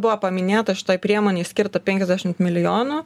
buvo paminėta šitoj priemonėj skirta penkiasdešimt milijonų